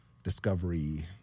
discovery